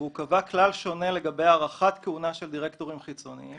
הוא קבע כלל שונה לגבי הארכת כהונה של דירקטורים חיצוניים.